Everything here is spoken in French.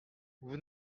vous